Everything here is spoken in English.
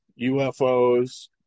ufos